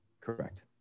correct